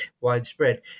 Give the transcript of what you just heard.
widespread